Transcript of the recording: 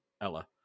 Ella